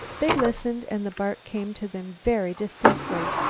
they listened and the bark came to them very distinctly.